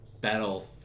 battle